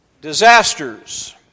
disasters